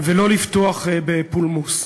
ולא לפתוח בפולמוס.